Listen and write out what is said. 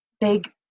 big